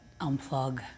unplug